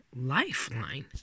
lifeline